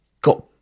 got